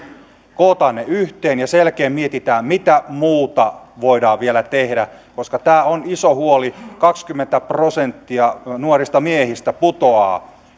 kokoamme ne yhteen ja sen jälkeen mietimme mitä muuta voimme vielä tehdä koska tämä on iso huoli kaksikymmentä prosenttia nuorista miehistä putoaa